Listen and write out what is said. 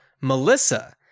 Melissa